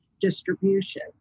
distribution